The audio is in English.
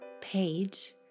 page